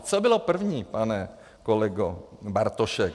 Co bylo první, pane kolego Bartošku?